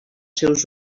seus